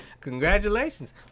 Congratulations